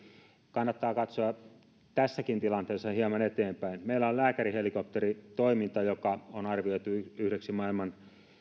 kannattaa katsoa tässäkin tilanteessa hieman eteenpäin meillä on lääkärihelikopteritoiminta joka on arvioitu yhdeksi maailman